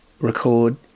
record